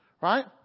right